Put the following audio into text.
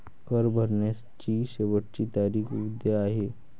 कर भरण्याची शेवटची तारीख उद्या आहे